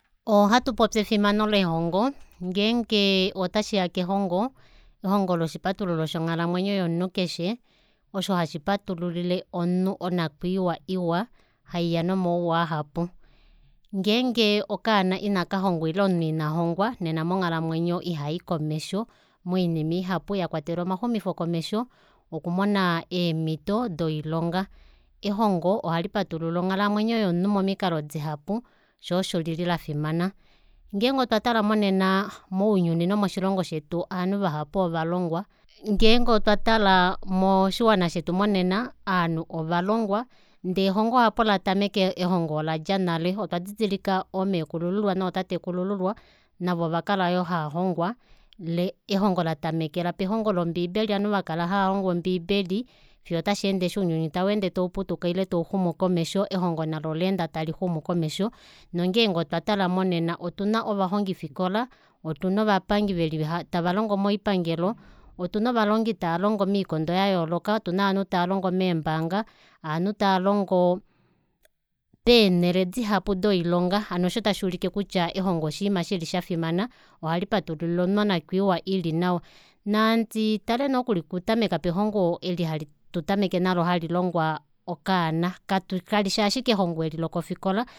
Ohatupopi efimano lehngo ngenge otashiya kehongo ehongo olo oshipatululo shonghalamwenyo yomunhu keshe osho hashi patululile omunhu onakwiiwa iwa haiya nomauwa ahapu ngeenge okaana inakalongwa ile omunhu inalongwa nena nena monghalamwenyo omunhu ihayi komesho moinima ihapu mwakwatelwa omaxumokomesho okumona eemito doilonga ehongo ohalipatulula onghalamwenyo yomunhu momikalo dihapu shoo osho lili lafimana ngeenge otwa tala monena mounyuni nomo shilongo shetu ovanhu ovalongwa ngenge otwa tala monena ovanhu ovalongwa ndee ehongo apo latameke oladja nale otwa didilika oomekulululwa noo tatekulululwa navo ovakala yoo halongwa ehongo latamekela pelongo lombibeli ovanhu eshi vakala haalongwa ombibeli fiyo otasheende tashi putuka eshi ounyuni tauxumo komesho elongo nalo ola enda talixumu komesho nongeenge otwa tala monena otuna ovalongifikila otuna ovapangi tavalongo moipangelo otuna valongi tavalongo moikondo yayooloka otuna ovanhu tavalongo meembaanga ovanhu tavalongo peenele dihapu doilonga hano osho tashuulike kutya elongo oshiima shili shafimana ohali patulullile omunhu onakwiiwa ilinawa nandi tale nokuli okutameke pelongo eli hatu tameke nalo hali longwa okaana kalishi ashike elongo eli lokofikola